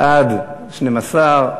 בעד, 12,